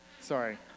Sorry